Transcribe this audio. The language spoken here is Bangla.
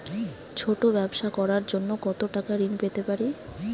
ছোট ব্যাবসা করার জন্য কতো টাকা ঋন পেতে পারি?